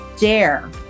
dare